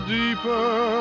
deeper